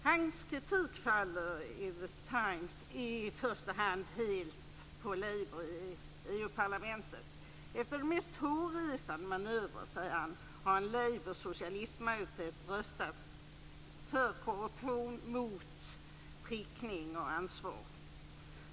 Hans kritik i The Times faller i första hand helt på Labour i EU parlamentet. Efter de mest hårresande manövrer, säger han, har en Labour/socialist-majoritet röstat för korruption mot prickning och ansvar.